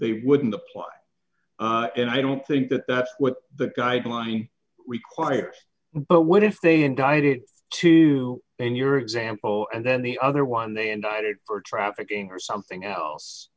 they wouldn't apply and i don't think that that's what the guidelines require but what if they indicted two then your example and then the other one they indicted for trafficking or something else